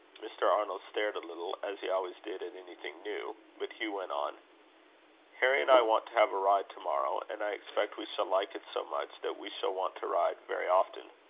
mr. arnold stared a little, as he always did at anything new. but hugh went on harry and i want to have a ride to-morrow and i expect we shall like it so much, that we shall want to ride very often.